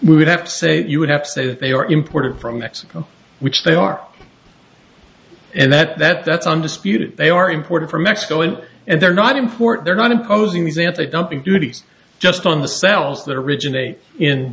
we would have to say that you would have to say that they are imported from mexico which they are and that that that's undisputed they are imported from mexico in and they're not import they're not imposing these antidumping duties just on the cells that originate in